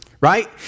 right